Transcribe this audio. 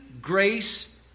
grace